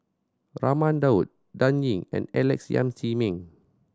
Raman Daud Dan Ying and Alex Yam Ziming